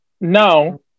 Now